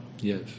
Yes